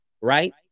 right